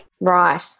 Right